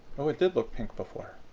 oh, it did look pink before.